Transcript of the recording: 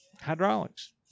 hydraulics